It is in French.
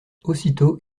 aussitôt